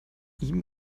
ihm